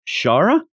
Shara